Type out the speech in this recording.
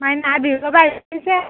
নাই নাই বিহু খাবা আহিবি পিছে